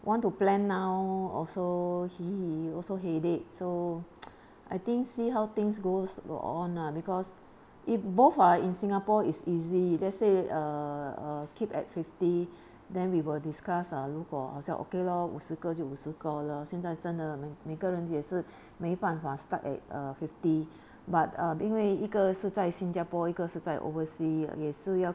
want to plan now also he also headache so I think see how things goes on lah because if both are in singapore is easy let's say (uh huh) keep at fifty then we will discuss ah 如果好像 okay lor 五十个就五十个 lor 现在真的每每个人也是 没办法 stuck at uh fifty but uh 因为一个是在新加坡一个是在 oversea 也是要